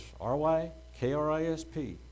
R-Y-K-R-I-S-P